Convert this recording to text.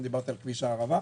אני דיברתי על כביש הערבה.